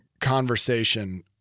conversation